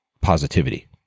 positivity